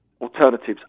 alternatives